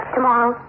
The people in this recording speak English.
Tomorrow